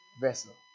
vessel